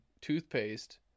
toothpaste